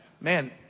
Man